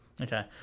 Okay